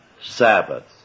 Sabbath